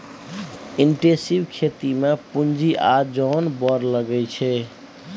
intensive खेती मे पुंजी आ जोन बड़ लगै छै